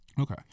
Okay